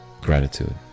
gratitude